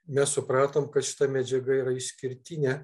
mes supratom kad šita medžiaga yra išskirtinė